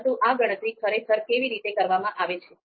પરંતુ આ ગણતરી ખરેખર કેવી રીતે કરવામાં આવે છે